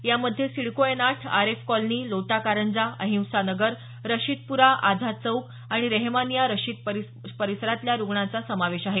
यामध्ये सिडको एन आठ आरेफ कॉलनी लोटाकारंजा अहिंसा नगर रशिदपुरा आझाद चौक आणि रेहमानिया मशिद परिसरातल्या रुग्णांचा समावेश आहे